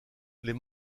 les